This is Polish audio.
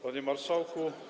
Panie Marszałku!